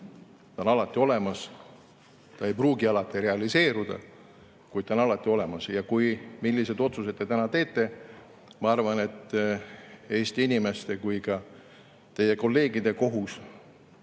ta on alati olemas. Ta ei pruugi alati realiseeruda, kuid ta on alati olemas. Seda, milliseid otsuseid te täna teete, ma arvan, on nii Eesti inimeste kui ka teie kolleegide kohus